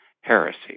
heresy